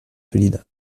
solide